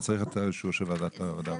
צריך את האישור של ועדת העבודה והרווחה.